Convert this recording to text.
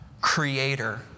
Creator